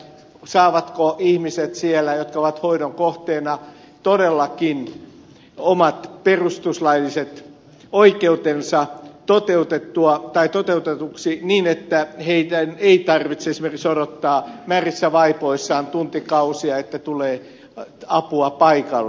saavatko ihmiset jotka ovat hoidon kohteena todellakin omat perustuslailliset oikeutensa toteutetuksi niin että heidän ei tarvitse esimerkiksi odottaa märissä vaipoissaan tuntikausia että tulee apua paikalle